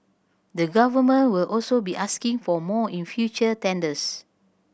the Government will also be asking for more in future tenders